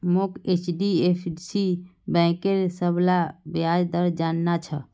मोक एचडीएफसी बैंकेर सबला ब्याज दर जानना छ